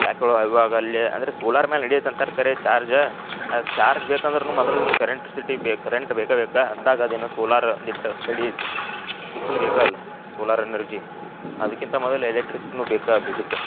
ಯಾಕೋ ಇವಾಗಲ್ಲಿ ಅಂದ್ರೆ ಸೋಲಾರ್ ಮೇಲೆ ನಡೆಯುತ್ತೆ ಅಂತಾರೆ ಖರೆ ಚಾರ್ಜ ಅದಕ್ಕೆ ಚಾರ್ಜ್ ಬೇಕೆಂದ್ರೂ ಮೊದಲು ನೀನು ಕರೆಂಟ್ ಸಿಟಿ ಬೇಕು ಕರೆಂಟ್ ಬೇಕಾ ಬೇಕ ಅಂದಾಗ ಅದೇನು ಸೋಲಾರ್ ಅಂದಿಟ್ಟು ತಡೆಯತ್ತೆ ಬಿಸ್ಲು ಬೇಕಾ ಅಲ್ಲ ಸೋಲಾರ್ ಎನರ್ಜಿ ಅದ್ಕಿಂತ ಮೊದಲು ಎಲೆಕ್ಟ್ರಿಸಿಟಿಯೂ ಬೇಕಾದ ಇದಕ್ಕೆ